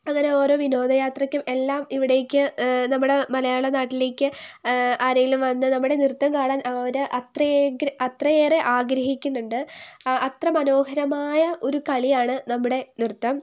അങ്ങനെ ഓരോ വിനോദയാത്രയ്ക്കും എല്ലാം ഇവിടേയ്ക്ക് നമ്മുടെ മലയാള നാട്ടിലേയ്ക്ക് ആരെങ്കിലും വന്നാൽ നമ്മുടെ നൃത്തം കാണാൻ അവർ അത്രയേറെ ആഗ്രഹിക്കുന്നുണ്ട് ആ അത്ര മനോഹരമായ ഒരു കളിയാണ് നമ്മുടെ നൃത്തം